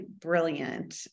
brilliant